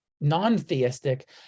non-theistic